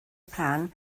plan